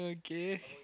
okay